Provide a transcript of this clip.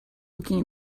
looking